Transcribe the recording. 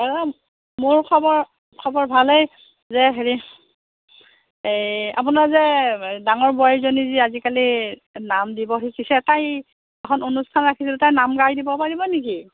দাদা মোৰ খবৰ খবৰ ভালেই যে হেৰি এই আপোনাৰ যে ডাঙৰ বোৱাৰীজনীয়ে যে আজিকালি নাম দিব শিকিছে তাই এখন অনুষ্ঠান ৰাখিছিলোঁ তাই নাম গাই দিব পাৰিব নেকি